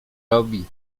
robi